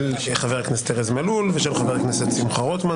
של חבר הכנסת ארז מלול ושל חבר הכנסת שמחה רוטמן.